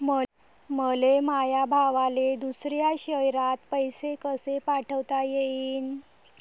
मले माया भावाले दुसऱ्या शयरात पैसे कसे पाठवता येईन?